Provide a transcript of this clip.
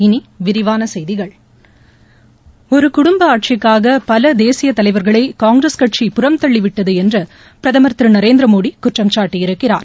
இனி விரிவான செய்திகள் ஒரு குடும்ப ஆட்சிக்காக பல தேசிய தலைவாகளை காங்கிரஸ் கட்சி புறம்தள்ளி விட்டது என்று பிரதமர் திரு நரேந்திரமோடி குற்றம் சாட்டியிருக்கிறார்